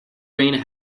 rain